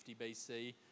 BC